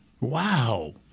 Wow